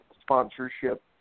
sponsorship